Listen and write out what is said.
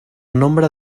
nombre